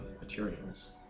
materials